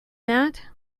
that